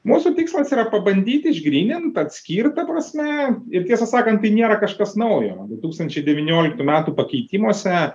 mūsų tikslas yra pabandyti išgrynint atskirt prasme ir tiesą sakant tai nėra kažkas naujo du tūkstančiai devynioliktų metų pakeitimuose